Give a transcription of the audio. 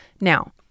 Now